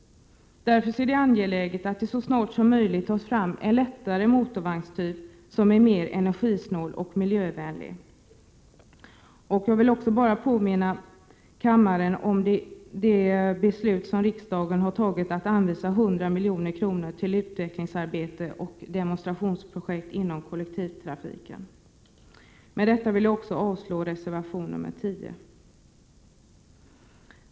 Därför är det angeläget att så snart som möjligt få fram en lättare motorvagn, som är mer energisnål och miljövänlig. Låt mig påminna kammaren om riksdagens beslut att anvisa 100 milj.kr. till utvecklingsarbete och demonstrationsprojekt inom kollektivtrafiken. Med detta yrkar jag avslag på reservation 10.